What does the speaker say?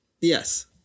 Yes